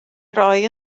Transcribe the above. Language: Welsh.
roi